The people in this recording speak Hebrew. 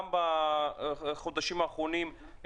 גם בחודשים האחרונים,